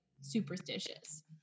superstitious